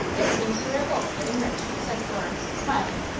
it seems we are both getting rich, said florence, smiling.